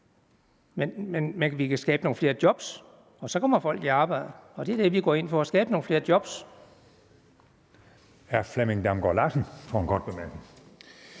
Men vi kan skabe nogle flere job, og så kommer folk i arbejde. Det er det, vi går ind for: at skabe nogle flere job. Kl. 15:25 Første næstformand (Bertel